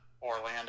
Orlando